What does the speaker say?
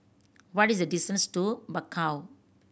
what is the distance to Bakau